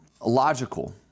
logical